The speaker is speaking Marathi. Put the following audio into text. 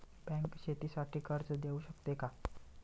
बँक शेतीसाठी कर्ज देऊ शकते का?